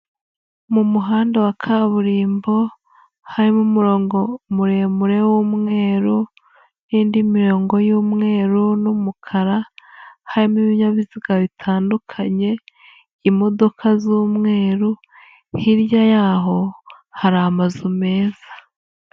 Mu muhanda wa kaburimbo harimo umurongo muremure w'umweru n'indi mirongo y'umweru n'umukara, harimo ibinyabiziga bitandukanye, imodoka z'umweru, hirya y'aho hari amazu meza.